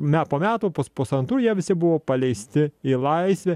me po metų pus pusantrų jie visi buvo paleisti į laisvę